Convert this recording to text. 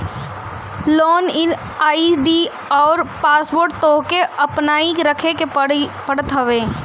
log in ID अउरी password तोहके गोपनीय रखे के पड़त हवे